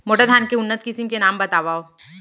मोटा धान के उन्नत किसिम के नाम बतावव?